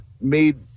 made